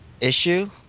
issue